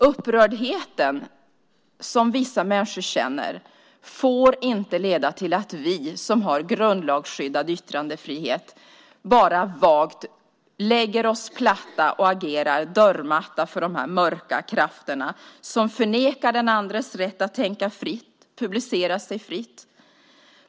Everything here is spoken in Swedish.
Upprördheten som vissa människor känner får inte leda till att vi som har grundlagsskyddad yttrandefrihet bara vagt lägger oss platta och agerar dörrmatta för de mörka krafter som förnekar den andres rätt att tänka fritt, publicera sig fritt.